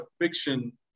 fiction